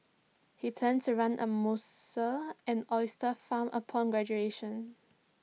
he planned to run A mussel and oyster farm upon graduation